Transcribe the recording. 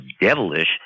devilish –